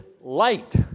light